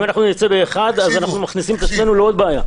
אם נצא באחד אז אנחנו מכניסים את עצמנו לעוד בעיה.